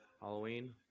Halloween